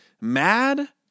mad